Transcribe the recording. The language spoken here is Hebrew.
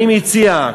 אני מציע,